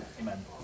Amen